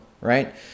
Right